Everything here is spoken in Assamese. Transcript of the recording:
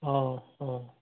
অঁ অঁ